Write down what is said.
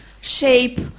shape